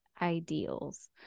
ideals